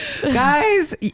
guys